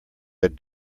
had